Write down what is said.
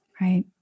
Right